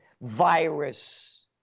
virus